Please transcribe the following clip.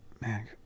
Man